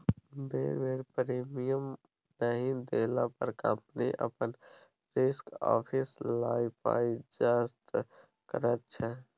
बेर बेर प्रीमियम नहि देला पर कंपनी अपन रिस्क आपिस लए पाइ जब्त करैत छै